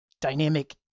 dynamic